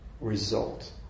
result